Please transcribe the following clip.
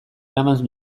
eraman